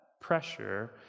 pressure